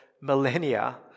millennia